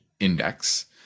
index